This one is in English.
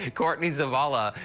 ah courtney zavala.